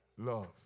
Love